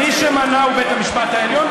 מי שמנע הוא בית המשפט העליון.